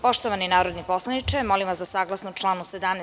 Poštovani narodni poslaniče, molim vas da saglasno članu 17.